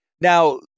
Now